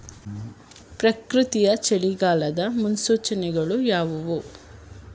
ಪ್ರಕೃತಿಯ ಚಳಿಗಾಲದ ಮುನ್ಸೂಚನೆಗಳು ಯಾವುವು?